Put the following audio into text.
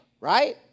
right